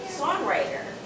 songwriter